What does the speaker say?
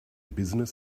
business